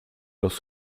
los